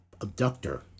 Abductor